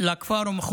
דברו.